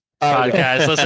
podcast